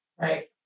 Right